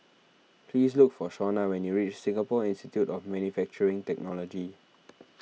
please look for Shona when you reach Singapore Institute of Manufacturing Technology